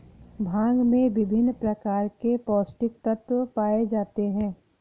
भांग में विभिन्न प्रकार के पौस्टिक तत्त्व पाए जाते हैं